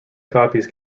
copies